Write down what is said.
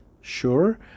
Sure